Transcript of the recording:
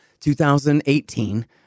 2018